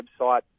website